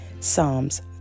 Psalms